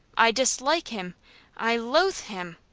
i dislike him i loathe him.